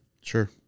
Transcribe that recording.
sure